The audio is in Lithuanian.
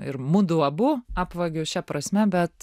ir mudu abu apvagiu šia prasme bet